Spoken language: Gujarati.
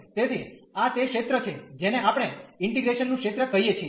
તેથી આ તે ક્ષેત્ર છે જેને આપણે ઇન્ટીગ્રેશન નું ક્ષેત્ર કહીએ છીએ